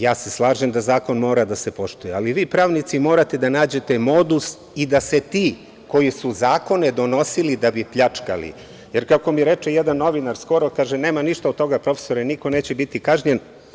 Ja se slažem da zakon mora da se poštuje, ali vi pravnici morate da nađete modus i da se ti koji su zakone donosili da bi pljačkali, jer kako mi reče jedan novinar skoro, kaže – nema ništa od toga profesore, niko neće biti kažnjen.